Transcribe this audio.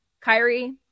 Kyrie